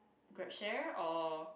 Grab share or